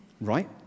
right